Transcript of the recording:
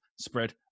spread